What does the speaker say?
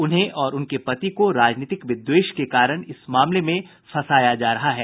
उन्हें और उनके पति को राजनीतिक विद्वेष के कारण इस मामले में फंसाया जा रहा है